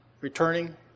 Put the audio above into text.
returning